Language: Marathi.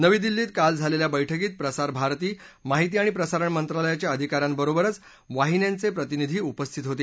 नवी दिल्लीत काल झालेल्या बैठकीत प्रसार भारती माहिती आणि प्रसारण मंत्रालयाच्या अधिकाऱ्यांबरोबरच वाहिन्यांचे प्रतिनिधी उपस्थित होते